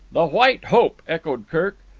the white hope! echoed kirk.